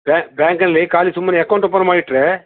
bank ಬ್ಯಾಂಕಲ್ಲಿ ಖಾಲಿ ಸುಮ್ಮನೆ ಅಕೌಂಟ್ ಓಪನ್ ಮಾಡಿಟ್ಟರೆ